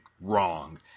wrong